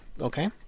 Okay